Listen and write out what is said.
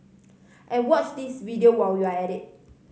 and watch this video while you're at it